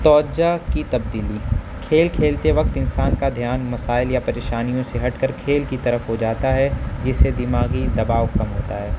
توجہ کی تبدیلی کھیل کھیلتے وقت انسان کا دھیان مسائل یا پریشانیوں سے ہٹ کر کھیل کی طرف ہو جاتا ہے جس سے دماغی دباؤ کم ہوتا ہے